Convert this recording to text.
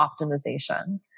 optimization